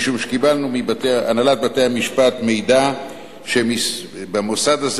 משום שקיבלנו מהנהלת בתי-המשפט מידע שבמוסד הזה